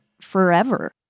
forever